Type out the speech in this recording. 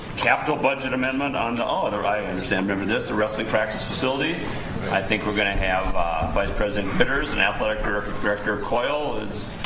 capital budget amendment on the other i understand remember this a wrestling practice facility i think we're gonna have vice-president bitters and athletic director coil is